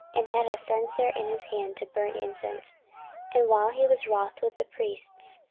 and had a censer in his hand to burn incense and while he was wroth with the priests,